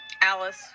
Alice